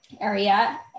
area